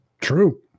True